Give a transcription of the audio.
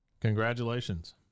Congratulations